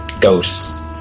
ghosts